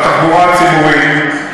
של התחבורה הציבורית,